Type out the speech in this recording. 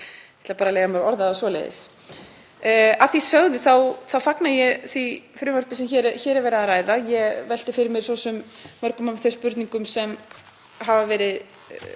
ætla bara að leyfa mér að orða það svoleiðis. Að því sögðu þá fagna ég því frumvarpi sem hér er verið að ræða. Ég velti svo sem fyrir mér mörgum af þeim spurningum sem hafa verið